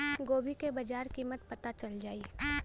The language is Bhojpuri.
गोभी का बाजार कीमत पता चल जाई?